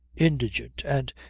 indigent, and,